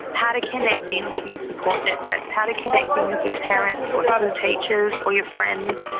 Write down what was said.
how to connect in to your support networks, how to connect in with your parents or school teachers or your friends,